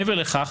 מעבר לכך,